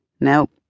Nope